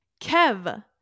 Kev